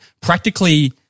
practically